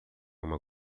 uma